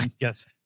Yes